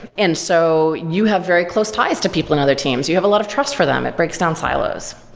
and so you have very close ties to people in other teams. you have a lot of trust for them, it breaks down silos.